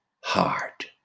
heart